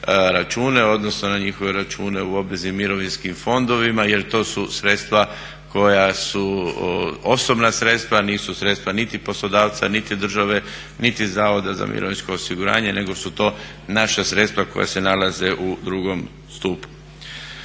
odnosno na njihove račune u obveznim mirovinskim fondovima jer to su sredstva koja su osobna sredstva, nisu sredstva niti poslodavca niti države niti Zavoda za mirovinsko osiguranje nego su to naša sredstva koja se nalaze u drugom stupu.